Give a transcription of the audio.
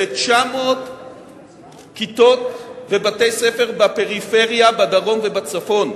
ב-900 כיתות ובתי-ספר בפריפריה בדרום ובצפון.